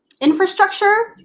infrastructure